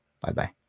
Bye-bye